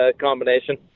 combination